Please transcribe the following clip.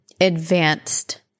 advanced